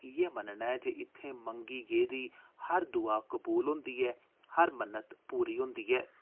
इ'यै मन्नना ऐ जे इत्थै मंगी गेदी हर दुआ कबूल होंदी ऐ हर मन्नत पूरी होंदी ऐ